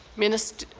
minister.